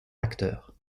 acteur